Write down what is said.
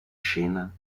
scena